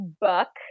Buck